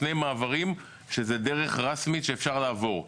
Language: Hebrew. שני מעברים שהם דרך רשמית שאפשר לעבור.